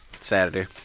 Saturday